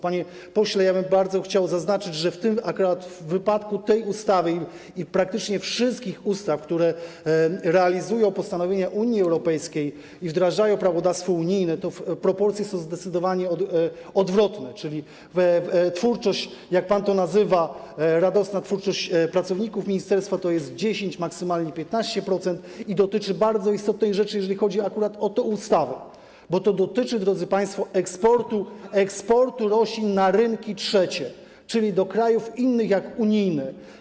Panie pośle, chciałbym bardzo wyraźnie zaznaczyć, że w wypadku akurat tej ustawy i praktycznie wszystkich ustaw, które realizują postanowienia Unii Europejskiej i wdrażają prawodawstwo unijne, proporcje są zdecydowanie odwrotne, czyli, jak pan to nazywa, radosna twórczość pracowników ministerstwa to jest 10%, maksymalnie 15% i dotyczy bardzo istotnych rzeczy, jeżeli chodzi akurat o tę ustawę, bo to dotyczy, drodzy państwo, eksportu roślin na rynki trzecie, czyli do krajów innych niż unijne.